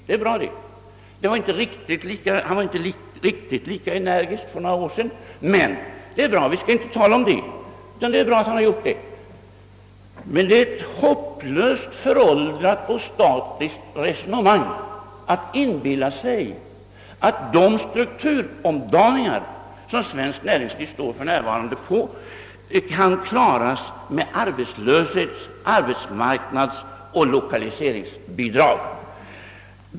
Han hade inte exakt samma inställning för några år sedan. Men det är bra att han nu har gjort det och vi skall då inte tala mer om det. Men det är ett hopplöst föråldrat och statiskt resonemang man för, när man förfäktar att de strukturomdaningar som svenskt näringsliv i dag står inför kan klaras med arbetslöshets-, arbetsmarknadsoch lokaliseringsbidrag.